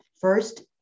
first